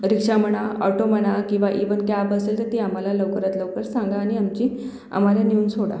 रिक्षा म्हणा ऑटो म्हणा किंवा इवन कॅब असेल तर ते आम्हाला लवकरात लवकर सांगा आणि आमची आम्हाला निऊन सोडा